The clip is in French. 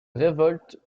révolte